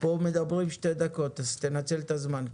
פה מדברים שתי דקות, אז תנצל את הזמן.